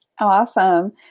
Awesome